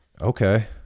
okay